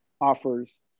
offers